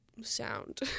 sound